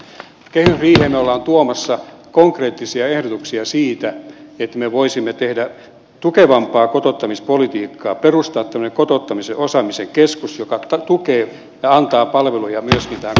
kehysriiheen me olemme tuomassa konkreettisia ehdotuksia siitä että me voisimme tehdä tukevampaa kotouttamispolitiikkaa perustaa kotouttamisen osaamiskeskuksen joka tukee ja antaa palveluja myöskin tähän kotouttamistyöhön